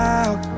out